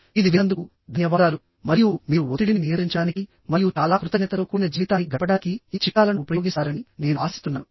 ఇది విన్నందుకు ధన్యవాదాలు మరియు మీరు ఒత్తిడిని నియంత్రించడానికి మరియు చాలా కృతజ్ఞతతో కూడిన జీవితాన్ని గడపడానికి ఈ చిట్కాలను ఉపయోగిస్తారని నేను ఆశిస్తున్నాను